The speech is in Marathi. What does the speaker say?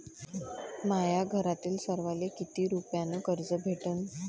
माह्या घरातील सर्वाले किती रुप्यान कर्ज भेटन?